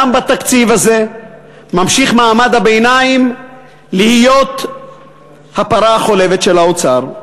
גם בתקציב הזה ממשיך מעמד הביניים להיות הפרה החולבת של האוצר.